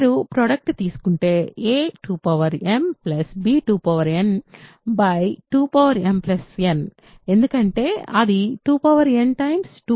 మీరు ప్రోడక్ట్ తీసుకుంటే a2m b2n 2mn ఎందుకంటే అది 2n 2m